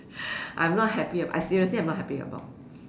I'm not happy about I seriously am not happy about